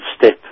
step